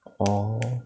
orh